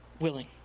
willing